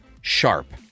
sharp